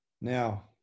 Now